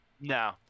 No